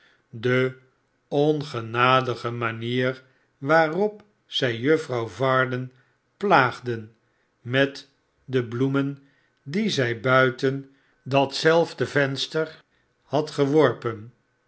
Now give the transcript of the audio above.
de ongenadige manier waarop zij juffrouw varden plaagden met de bloemen die zij buiten dat zelfde venster had geworpen